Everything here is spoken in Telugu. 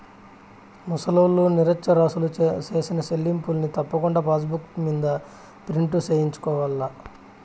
ముసలోల్లు, నిరచ్చరాసులు సేసిన సెల్లింపుల్ని తప్పకుండా పాసుబుక్ మింద ప్రింటు సేయించుకోవాల్ల